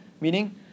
meaning